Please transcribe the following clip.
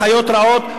וחיות רעות,